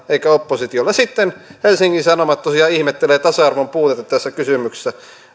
eikä oppositiolle sitten helsingin sanomat tosiaan ihmettelee tasa arvon puutetta tässä kysymyksessä